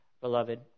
beloved